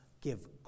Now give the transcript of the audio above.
give